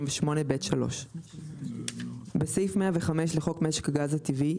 38(ב3)"; (6)בסעיף 105 לחוק משק הגז הטבעי,